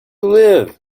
live